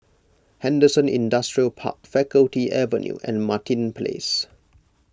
Henderson Industrial Park Faculty Avenue and Martin Place